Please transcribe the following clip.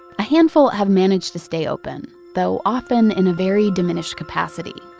a handful have managed to stay open, though often in a very diminished capacity,